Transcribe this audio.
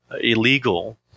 illegal